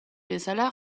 bezala